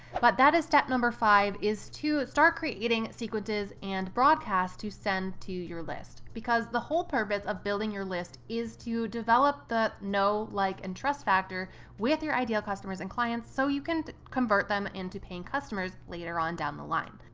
but that is step number five, is to start creating sequences and broadcasts to send to your list. because the whole purpose of building your list is to develop the know, like, and trust factors with your ideal customers and clients. so you can convert them into paying customers later on down the line.